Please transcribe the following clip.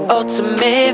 ultimate